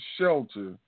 shelter